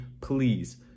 please